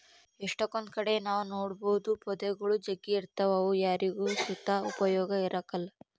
ಎಷ್ಟಕೊಂದ್ ಕಡೆ ನಾವ್ ನೋಡ್ಬೋದು ಪೊದೆಗುಳು ಜಗ್ಗಿ ಇರ್ತಾವ ಅವು ಯಾರಿಗ್ ಸುತ ಉಪಯೋಗ ಇರಕಲ್ಲ